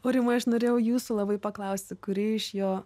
aurimai aš norėjau jūsų labai paklausti kuri iš jo